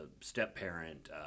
step-parent